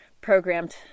programmed